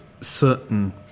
certain